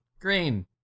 Green